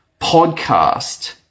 podcast